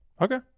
Okay